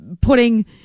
putting